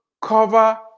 cover